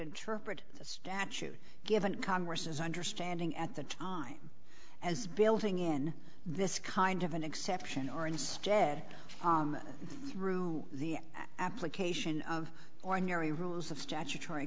interpret the statute given congress's understanding at the time as building in this kind of an exception or instead through the application of ordinary rules of statutory